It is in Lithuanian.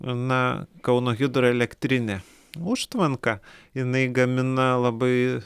na kauno hidroelektrinė užtvanka jinai gamina labai